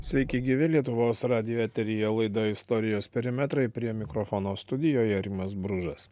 sveiki gyvi lietuvos radijo eteryje laida istorijos perimetrai prie mikrofono studijoje rimas bružas